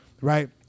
right